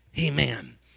Amen